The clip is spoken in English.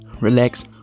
relax